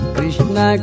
Krishna